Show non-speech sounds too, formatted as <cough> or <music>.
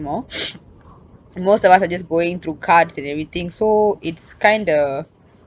<noise> most of us are just going through cards and everything so it's kind of